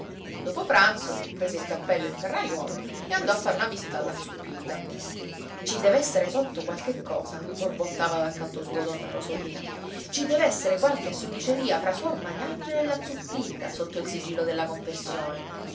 dopo pranzo prese il cappello e il ferraiuolo e andò a fare una visita alla zuppidda ci dev'essere sotto qualche cosa borbottava dal canto suo donna rosolina ci dev'essere qualche sudiceria fra suor mariangela e la zuppidda sotto il sigillo della confessione